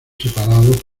separados